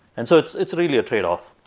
and so it's it's really a tradeoff.